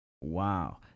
Wow